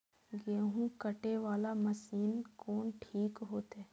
गेहूं कटे वाला मशीन कोन ठीक होते?